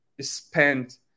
spent